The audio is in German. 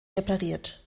repariert